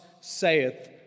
saith